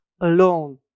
alone